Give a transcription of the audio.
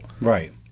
Right